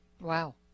Wow